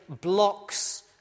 blocks